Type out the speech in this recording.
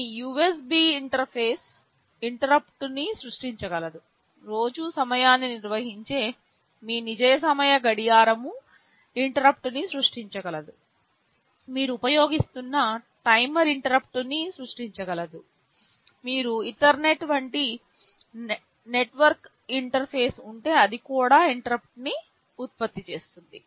మీ USB interface ఇంటరుప్పుట్న్ని సృష్టించగలదు రోజు సమయాన్ని నిర్వహించే మీ నిజ సమయ గడియారం ఇంటరుప్పుట్న్ని సృష్టించగలదు మీరు ఉపయోగిస్తున్న టైమర్ ఇంటరుప్పుట్న్ని సృష్టించగలదు మీకు ఈథర్నెట్ వంటి నెట్వర్క్ ఇంటర్ఫేస్ ఉంటే ఇది ఇది కూడా ఇంటరుప్పుట్న్ని ఉత్పత్తి చేస్తుంది